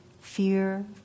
fear